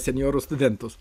senjorų studentus